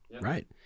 Right